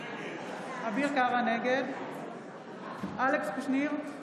נגד אלכס קושניר,